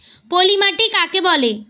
পলি মাটি কাকে বলে?